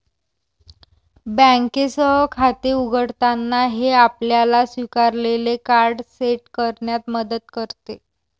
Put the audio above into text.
बँकेसह खाते उघडताना, हे आपल्याला स्वीकारलेले कार्ड सेट करण्यात मदत करते